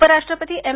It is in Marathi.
उपराष्ट्रपती एम